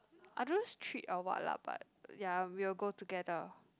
I don't know is treat or what lah but ya we'll go together